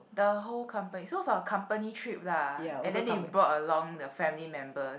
the whole company so it's on a company trip lah and then they brought along the family members